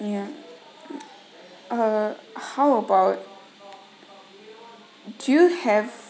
ya uh how about do you have